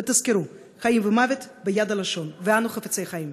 ותזכרו, חיים ומוות ביד הלשון, ואנו חפצי חיים.